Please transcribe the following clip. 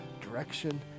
direction